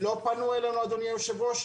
לא פנו אלינו אדוני היושב ראש.